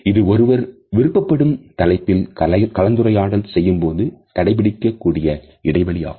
இது ஒருவர் விருப்பப்படும் தலைப்பில் கலந்துரையாடல் செய்யும்போது கடைபிடிக்க கூடிய இடைவெளியாகும்